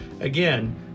Again